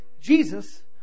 Jesus